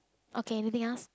okay anything else